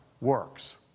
works